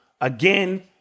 again